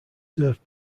served